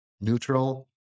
neutral